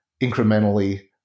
incrementally